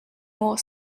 more